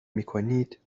میکنید